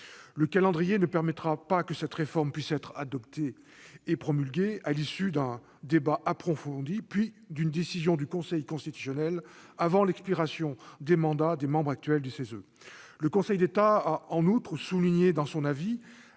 Le calendrier ne permettra pas que cette réforme puisse être adoptée et promulguée, à l'issue d'un débat approfondi puis d'une décision du Conseil constitutionnel, avant l'expiration du mandat des membres actuels du CESE. Le Conseil d'État a, en outre, souligné dans son avis